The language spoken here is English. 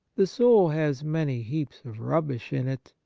the soul has many heaps of rubbish in it,